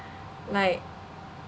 like